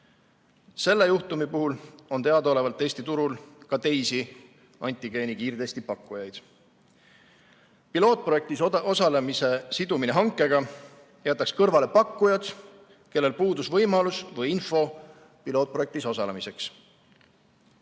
Selle juhtumi puhul on teadaolevalt Eesti turul ka teisi antigeeni kiirtesti pakkujaid. Pilootprojektis osalemise sidumine hankega jätaks kõrvale pakkujad, kellel puudus võimalus või info pilootprojektis osalemiseks. Paraku